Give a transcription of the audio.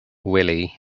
willie